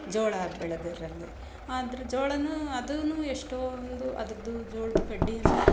ಜೋಳ ಬೆಳೆದರಲ್ಲಿ ಆದರೆ ಜೋಳನು ಅದು ಎಷ್ಟೊಂದು ಅದರದ್ದು ಜೋಳದ್ದು ಕಡ್ಡಿ ಎಲ್ಲ